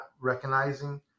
recognizing